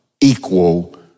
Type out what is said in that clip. equal